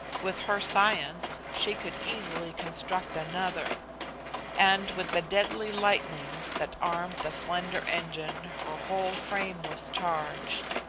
with her science she could easily construct another and with the deadly lightnings that armed the slender engine her whole frame was charged.